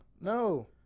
No